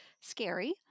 scary